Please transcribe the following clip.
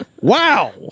Wow